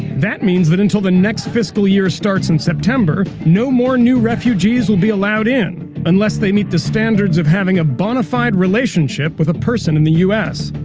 that means that until the next fiscal year starts in september, no more new refugees will be allowed in unless they meet the standards of having a bona fide relationship with a person in the u s.